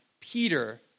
Peter